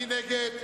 מי נגד?